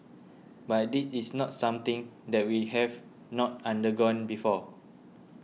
but this is not something that we have not undergone before